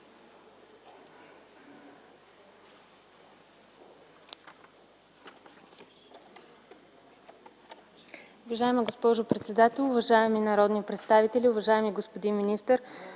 Уважаема госпожо председател, уважаеми народни представители, уважаеми господин министър!